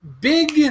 big